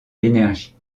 l’énergie